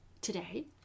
today